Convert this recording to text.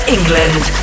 England